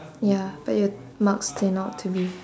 ya but your marks turn out to be